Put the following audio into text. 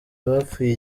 bapfuye